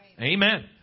Amen